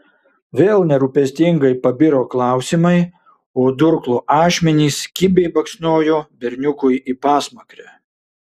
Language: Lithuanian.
vėl nerūpestingai pabiro klausimai o durklo ašmenys kibiai baksnojo berniukui į pasmakrę